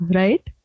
right